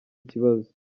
ikibazo